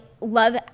love